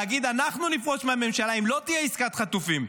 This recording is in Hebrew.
להגיד: אנחנו נפרוש מהממשלה אם לא תהיה עסקת חטופים.